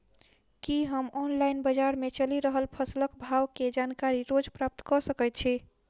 की हम ऑनलाइन, बजार मे चलि रहल फसलक भाव केँ जानकारी रोज प्राप्त कऽ सकैत छी?